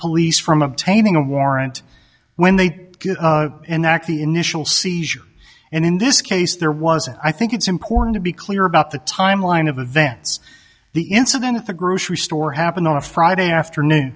police from obtaining a warrant when they get an act the initial seizure and in this case there was and i think it's important to be clear about the timeline of events the incident at the grocery store happened on a friday afternoon